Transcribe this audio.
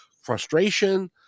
frustration